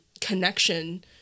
connection